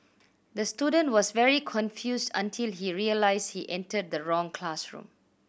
the student was very confused until he realised he entered the wrong classroom